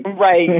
Right